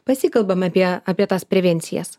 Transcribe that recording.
pasikalbam apie apie tas prevencijas